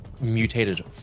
mutated